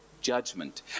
judgment